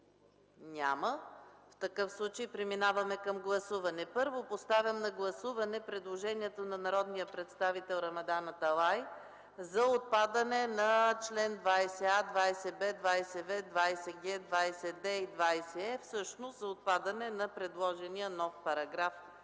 Няма. Преминаваме към гласуване. Първо поставям на гласуване предложението на народния представител Рамадан Аталай за отпадане на чл. 20а, 20б, 20в, 20г, 20д и 20е, всъщност за отпадане на предложения нов § 3.